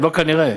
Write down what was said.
לא כנראה,